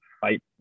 fight